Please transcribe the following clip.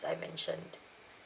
I mentioned